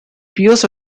pierce